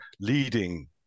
leading